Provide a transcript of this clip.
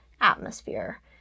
atmosphere